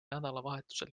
nädalavahetusel